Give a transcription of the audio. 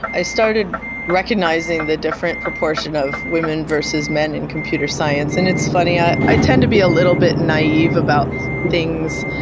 i started recognizing the different proportion of women versus men in computer science. and it's funny. i i tend to be a little bit naive about things.